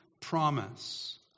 promise